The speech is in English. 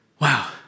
Wow